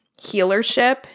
healership